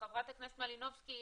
חברת הכנסת מלינובסקי,